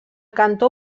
cantó